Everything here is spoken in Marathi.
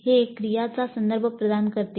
हे क्रियांचा संदर्भ प्रदान करते